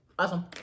Awesome